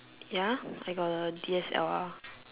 ya I got a D_S_L_R